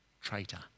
traitor